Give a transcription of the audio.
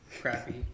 crappy